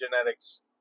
genetics